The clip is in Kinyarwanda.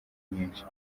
nyinshi